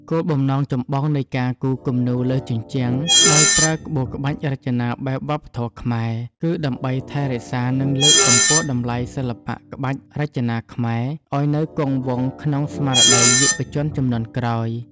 គោលបំណងចម្បងនៃការគូរគំនូរលើជញ្ជាំងដោយប្រើក្បូរក្បាច់រចនាបែបវប្បធម៌ខ្មែរ គឺដើម្បីថែរក្សា និងលើកកម្ពស់តម្លៃសិល្បៈក្បាច់រចនាខ្មែរឱ្យនៅគង់វង្សក្នុងស្មារតីយុវជនជំនាន់ក្រោយ។